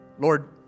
Lord